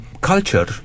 culture